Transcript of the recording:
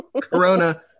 Corona